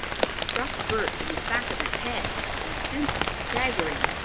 it struck bert in the back of the head and sent him staggering.